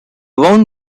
wound